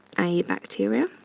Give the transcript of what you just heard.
a bacteria.